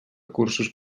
cursos